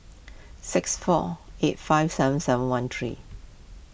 six four eight five seven seven one three